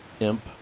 imp